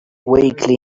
weakly